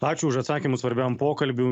ačiū už atsakymus svarbiam pokalbiu